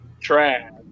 trash